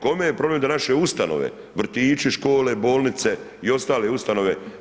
Kome je problem da naše ustanove, vrtići, škole bolnice i ostale ustanove?